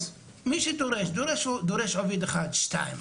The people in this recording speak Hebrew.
מי שדורש מחפש עובד אחד או שניים,